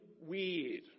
weird